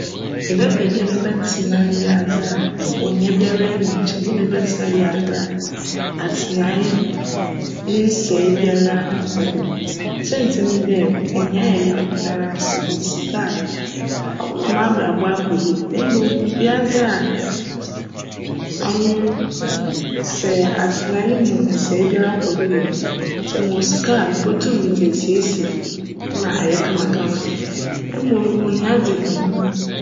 Mebjpj dj mebjtsena wiadze a ohia biara nnyim kyjn dj mebjtsena wiadze a atsenae ne nsje biara nnkc do. Siantsir nye dj, ohia yj yaw na sj mowc sika a, cbjma m'abrabc akc yie mbom wiadze cno sj atsenae no mu nsje biara kc do wc mu no, sj mowc sika a mobotum dze esiesie mu ma ayj kama kama mbom ohia dze omo.